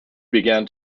begin